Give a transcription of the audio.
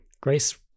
Grace